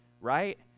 right